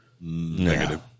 Negative